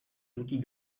outils